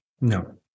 No